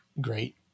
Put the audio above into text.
great